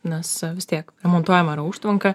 nes vis tiek remontuojama yra užtvanka